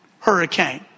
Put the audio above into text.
hurricane